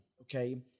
Okay